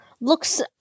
looks